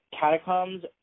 Catacombs